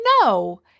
no